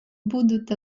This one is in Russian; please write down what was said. будут